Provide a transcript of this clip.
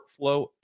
workflow